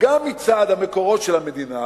גם מצד המקורות של המדינה